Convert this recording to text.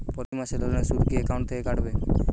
প্রতি মাসে লোনের সুদ কি একাউন্ট থেকে কাটবে?